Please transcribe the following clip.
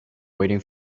waiting